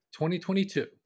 2022